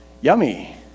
Yummy